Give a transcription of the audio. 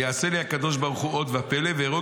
ויעשה לי הקדוש ברוך הוא אות ופלא ואהרוג